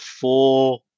four